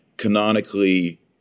canonically